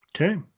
Okay